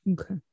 Okay